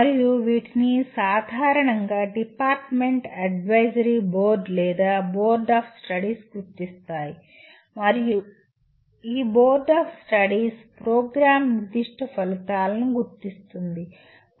మరియు వీటిని సాధారణంగా డిపార్ట్మెంట్ అడ్వైజరీ బోర్డు లేదా బోర్డ్ ఆఫ్ స్టడీస్ గుర్తిస్తాయి మరియు ఈ బోర్డ్ ఆఫ్ స్టడీస్ ప్రోగ్రామ్ నిర్దిష్ట ఫలితాలను గుర్తిస్తుంది